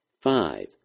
five